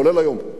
כולל היום.